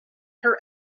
her